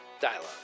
dialogue